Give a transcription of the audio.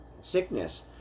sickness